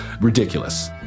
Ridiculous